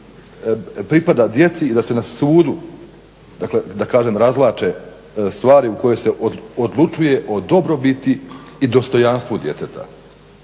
pripada djeci i da se na sudu da kažem razvlače stvari u kojima se odlučuje o dobrobiti i dostojanstvu djeteta?